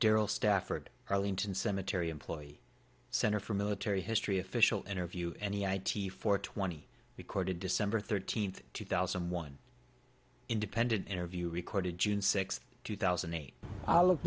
daryl stafford arlington cemetery employee center for military history official interview any i t four twenty recorded december thirteenth two thousand one independent interview recorded june sixth two thousand and eight